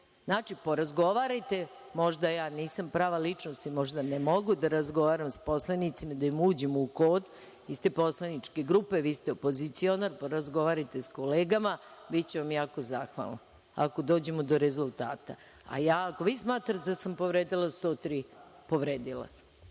Znači, porazgovarajte, možda ja nisam prava ličnost i možda ne mogu da razgovaram sa poslanicima, da im uđem u kod, iz te poslaničke grupe, vi ste opozicionar, porazgovarajte sa kolegama, biću vam jako zahvalna ako dođemo do rezultata.A ja, ako vi smatrate da sam povredila 103. – povredila sam